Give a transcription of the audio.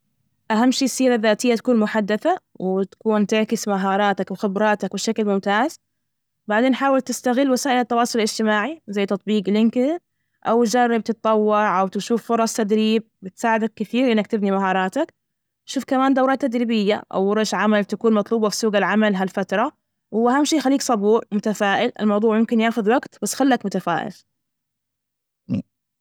أهم شي السيرة الذاتية تكون محدثة وتكون تعكس مهاراتك وخبراتك بشكل ممتاز، بعدين حاول تستغل وسائل التواصل الاجتماعي زي تطبيق لينكد أو جرب تتطوع أو تشوف فرص تدريب، بتساعدك كثير إنك تبني مهاراتك، شوف كمان دورات تدريبية أو ورش عمل تكون مطلوبة في سوق العمل هالفترة، وأهم شي خليك صبور، متفائل، الموضوع يمكن ياخد وقت بس خليك متفائل.